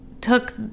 took